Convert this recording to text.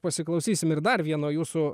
pasiklausysim ir dar vieno jūsų